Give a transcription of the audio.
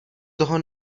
toho